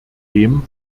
dem